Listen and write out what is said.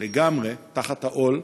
לגמרי תחת העול.